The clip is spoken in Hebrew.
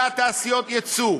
ותעשיות היצוא,